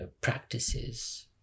practices